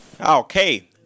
okay